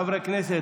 של כמה חברי כנסת.